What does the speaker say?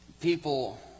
People